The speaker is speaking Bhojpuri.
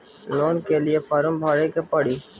लोन के लिए फर्म भरे के पड़ी?